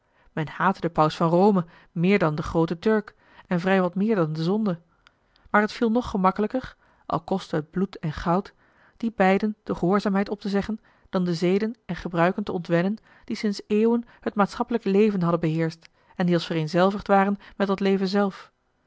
men haatte den paus van rome meer dan den grooten turk en vrij wat meer dan de zonde maar het viel nog gemakkelijker al kostte het bloed en goud die beiden de gehoorzaamheid op te zeggen dan de zeden en gebruiken te ontwennen die sinds eeuwen het maatschappelijk leven hadden beheerscht en die als vereenzelvigd waren met dat leven zelf